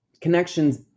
connections